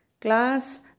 Class